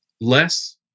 less